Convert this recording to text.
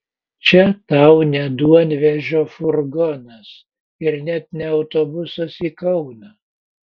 čia tau ne duonvežio furgonas ir net ne autobusas į kauną